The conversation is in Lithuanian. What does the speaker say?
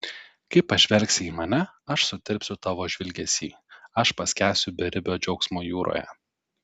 kai pažvelgsi į mane aš sutirpsiu tavo žvilgesy aš paskęsiu beribio džiaugsmo jūroje